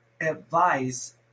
advice